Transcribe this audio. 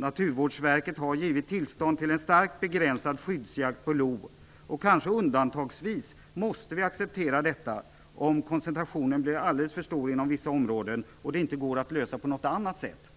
Naturvårdsverket har givit tillstånd till en starkt begränsad skyddsjakt på lodjur och vi måste kanske undantagsvis acceptera detta om koncentrationen blir alldeles för stor inom vissa områden och om det inte går att lösa på annat sätt.